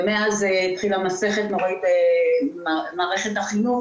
ומאז התחילה מסכת נוראית עם מערכת החינוך